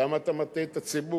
למה אתה מטעה את הציבור?